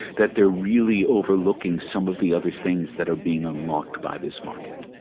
that they are really overlooking some of the other things that are being unlocked by this market.